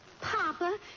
Papa